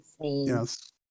Yes